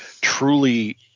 truly